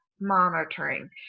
monitoring